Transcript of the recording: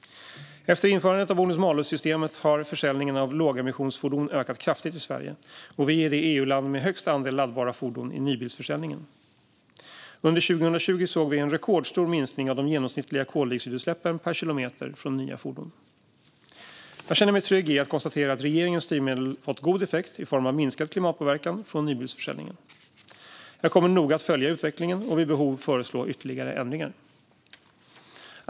Efter införandet av bonus-malus-systemet har försäljningen av lågemissionsfordon ökat kraftigt i Sverige, och vi är det EU-land som har störst andel laddbara fordon i nybilsförsäljningen. Under 2020 såg vi en rekordstor minskning av de genomsnittliga koldioxidutsläppen per kilometer från nya fordon. Jag känner mig trygg i att konstatera att regeringens styrmedel fått god effekt i form av minskad klimatpåverkan från nybilsförsäljningen. Jag kommer att noga följa utvecklingen och vid behov föreslå ytterligare ändringar.